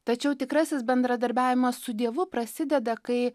tačiau tikrasis bendradarbiavimas su dievu prasideda kai